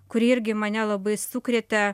kuri irgi mane labai sukrėtė